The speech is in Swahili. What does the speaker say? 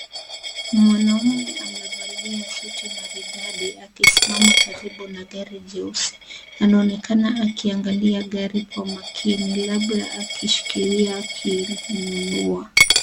Mwanaume amevalia suti maridadi akisimama karibu na gari jeusi, anaonekana akiangalia gari kwa umakini labda ashikikilia kinunua.